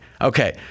Okay